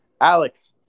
Alex